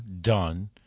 done